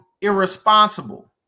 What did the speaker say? irresponsible